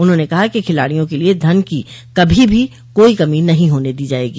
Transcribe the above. उन्होंने कहा कि खिलाडियों के लिए धन की कभी भी कोई कमी नहीं होने दी जाएगी